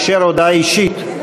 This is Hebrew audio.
אישר הודעה אישית.